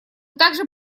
также